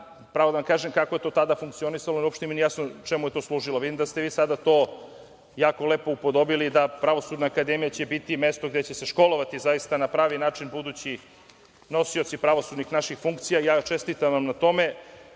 pravo da vam kažem kako je to tada funkcionisalo, uopšte mi nije jasno čemu je to služilo. Vidim da ste vi sada to jako lepo upodobili da će Pravosudna akademija biti mesto gde će se školovati zaista na pravi način budući nosioci pravosudnih naših funkcija. Čestitam vam na tome. Drago